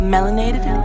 Melanated